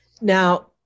now